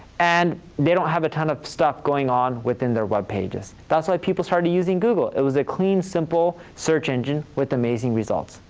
and they don't have a ton of stuff going on within their webpages. that's why people started using google, it was a clean, simple search engine, with amazing results.